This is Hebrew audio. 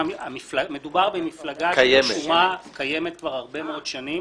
מדובר במפלגה שרשומה וקיימת כבר הרבה מאוד שנים.